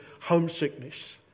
homesickness